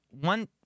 one